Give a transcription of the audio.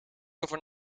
over